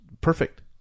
perfect